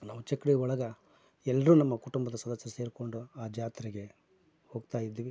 ನಾವು ಚಿಕ್ಕಡಿ ಒಳಗೆ ಎಲ್ಲರೂ ನಮ್ಮ ಕುಟುಂಬದ ಸದಸ್ಯರು ಸೇರ್ಕೊಂಡು ಆ ಜಾತ್ರೆಗೆ ಹೋಗ್ತಾಯಿದ್ವಿ